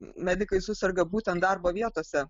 medikai suserga būtent darbo vietose